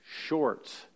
shorts